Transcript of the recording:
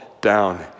down